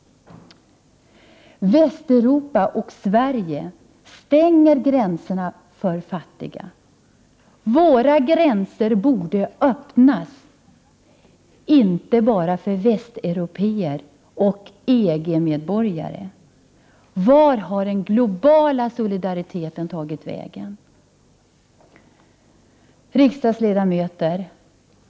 Västeuropa och Sverige stänger gränserna för de fattiga. Våra gränser borde öppnas, inte bara för västeuropéer och EG-medborgare. Vart har den globala solidariteten tagit vägen? Riksdagsledamöter!